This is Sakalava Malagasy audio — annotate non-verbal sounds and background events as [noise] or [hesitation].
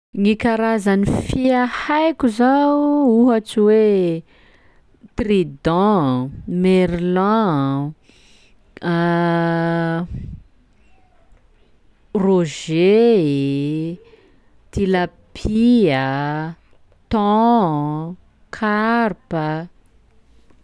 Gny karazan'ny fia haiko zao: ohatsy hoe trident, merlan, [hesitation] rouget, tilapia, thon, karpa.